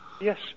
Yes